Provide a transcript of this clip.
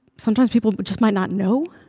sometimes people but just might not know,